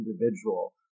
individual